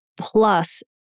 plus